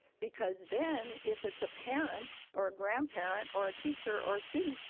because then if it's a parent or a grandparent, or a teacher or a student,